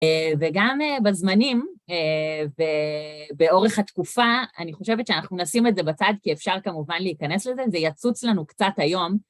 וגם בזמנים ובאורך התקופה, אני חושבת שאנחנו נשים את זה בצד, כי אפשר כמובן להיכנס לזה, זה יצוץ לנו קצת היום.